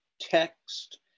text